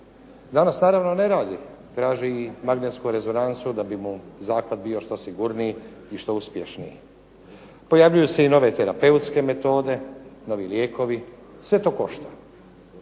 Danas naravno ne radi, traži i magnetsku rezonancu da bi mu zahvat bio što sigurniji i što uspješniji. Pojavljuju se i nove terapeutske metode, novi lijekovi, sve to košta